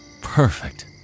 Perfect